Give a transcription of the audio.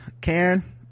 karen